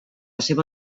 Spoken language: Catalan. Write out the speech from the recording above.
seva